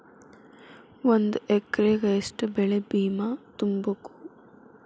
ಒಂದ್ ಎಕ್ರೆಗ ಯೆಷ್ಟ್ ಬೆಳೆ ಬಿಮಾ ತುಂಬುಕು?